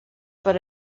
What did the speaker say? per